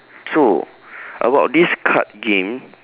so about this card game